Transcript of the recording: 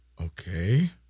Okay